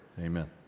Amen